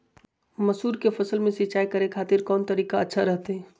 मसूर के फसल में सिंचाई करे खातिर कौन तरीका अच्छा रहतय?